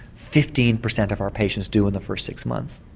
fifteen percent of our patients do in the first six months,